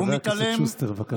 חבר הכנסת שוסטר, בבקשה.